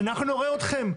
שאנחנו נעורר אתכם?